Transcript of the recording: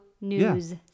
news